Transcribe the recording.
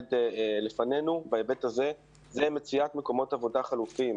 שעומד לפנינו בהיבט הזה הוא מציאת מקומות עבודה חלופיים.